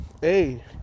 hey